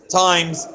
times